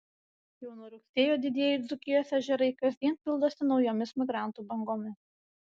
jau nuo rugsėjo didieji dzūkijos ežerai kasdien pildosi naujomis migrantų bangomis